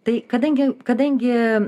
tai kadangi kadangi